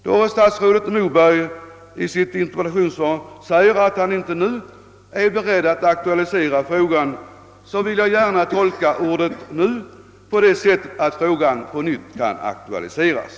Då statsrådet Moberg i sitt interpellationssvar säger att han inte nu är beredd att aktualisera frågan vill jag gärna tolka ordet nu på det sättet att frågan på nytt kan aktualiseras.